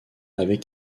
avec